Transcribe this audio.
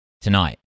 tonight